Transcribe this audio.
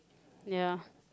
ya